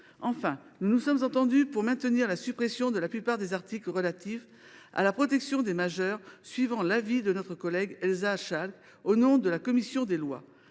Enfin, nous nous sommes entendus pour maintenir la suppression de la plupart des articles relatifs à la protection des majeurs, suivant en cela l’avis de notre collègue Elsa Schalck, au nom de la commission des lois.